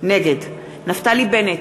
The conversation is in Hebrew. נגד נפתלי בנט,